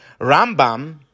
Rambam